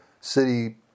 city